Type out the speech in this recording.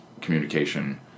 communication